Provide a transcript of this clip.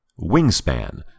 Wingspan